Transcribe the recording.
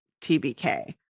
TBK